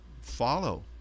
follow